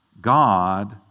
God